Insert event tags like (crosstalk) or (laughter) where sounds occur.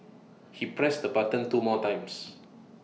(noise) he pressed the button two more times